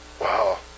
Wow